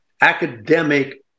academic